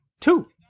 Two